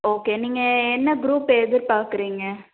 okay நீங்கள் என்ன group எதிர்பார்க்குறீங்க